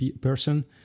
person